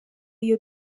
iyo